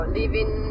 living